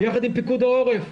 יחד עם פיקוד העורף,